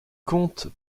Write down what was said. compte